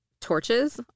torches